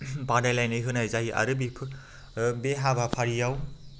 बादायलायनाय होनाय जायो आरो बे हाबाफारियाव